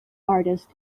artist